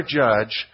judge